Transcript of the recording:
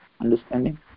understanding